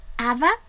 Ava